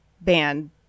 band